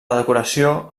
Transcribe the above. decoració